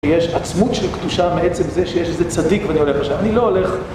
יש עצמות של קדושה בעצם זה שיש איזה צדיק ואני הולך לשם, אני לא הולך